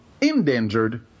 endangered